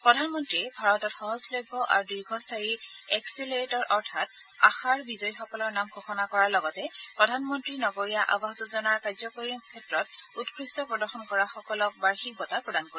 প্ৰধানমন্ত্ৰীয়ে ভাৰতত সহজলভ্য আৰু দীৰ্ঘস্থায়ী এক্সিলেৰেটৰ অৰ্থাৎ আশাৰ বিজয়ীসকলৰ নাম ঘোষণা কৰাৰ লগতে প্ৰধানমন্ত্ৰী নগৰীয়া আৱাস যোজনাৰ কাৰ্যকৰীকৰণ ক্ষেত্ৰত উকৃষ্ট প্ৰদৰ্শন কৰাসকলক বাৰ্যিক বঁটা প্ৰদান কৰিব